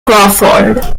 crawford